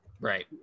right